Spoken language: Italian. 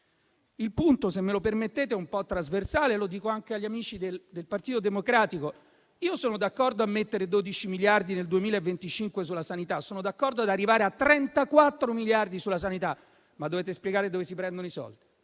Il punto, se me lo permettete, è un po' trasversale, lo dico anche agli amici del Partito Democratico. Io sono d'accordo a stanziare 12 miliardi nel 2025 sulla sanità, sono d'accordo ad arrivare a 34 miliardi sulla sanità, ma dovete spiegare dove si prendono i soldi,